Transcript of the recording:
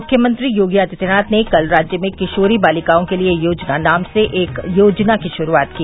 मुख्यमंत्री योगी आदित्यनाथ ने कल राज्य में किशोरी बालिकाओं के लिये योजना नाम से एक योजना की शुरूआत की